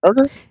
Okay